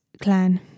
clan